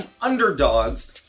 underdogs